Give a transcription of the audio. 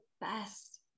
best